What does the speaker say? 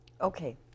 Okay